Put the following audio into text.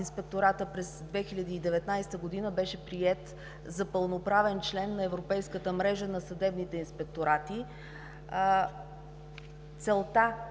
Инспекторатът през 2019 г. беше приет за пълноправен член на Европейската мрежа на съдебните инспекторати. Целта